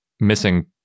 missing